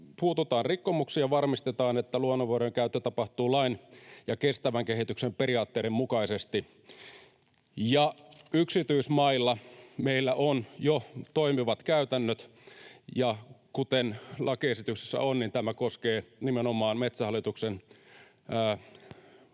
puututaan rikkomuksiin ja varmistetaan, että luonnonvarojen käyttö tapahtuu lain ja kestävän kehityksen periaatteiden mukaisesti. Yksityismailla meillä on jo toimivat käytännöt, ja kuten lakiesityksessä on, tämä koskee nimenomaan Metsähallituksen